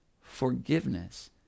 forgiveness